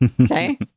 Okay